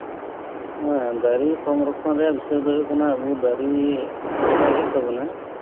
ᱦᱮᱸ ᱫᱟᱨᱤ ᱥᱚᱝᱨᱚᱠᱷᱚᱱ ᱨᱮᱭᱟᱜ ᱵᱤᱥᱚᱭ ᱫᱚ ᱦᱩᱭᱩᱜ ᱠᱟᱱᱟ ᱟᱵᱩ ᱫᱟᱨᱤ ᱨᱚᱦᱚᱭ ᱦᱩᱭᱩᱜ ᱛᱟᱵᱩᱱᱟ